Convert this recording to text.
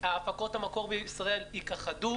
הפקות המקור בישראל יכחדו.